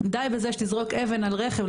די בזה שתזרוק אבן על רכב,